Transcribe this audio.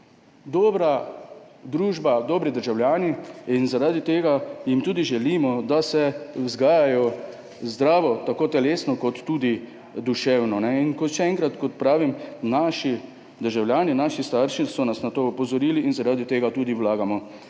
dobra družba, dobri državljani, zaradi tega jim tudi želimo, da se vzgajajo zdravo, tako telesno kot tudi duševno. Še enkrat, kot pravim, naši državljani, naši starši so nas na to opozorili in zaradi tega tudi vlagamo